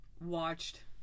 watched